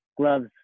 gloves